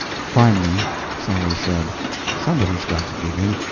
finally sally said somebody's got to give in.